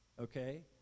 okay